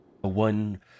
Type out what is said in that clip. one